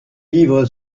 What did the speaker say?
livre